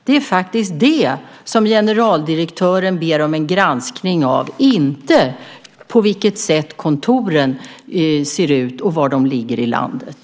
Det är det som generaldirektören ber om en granskning av, inte hur kontoren ser ut och var de ligger i landet.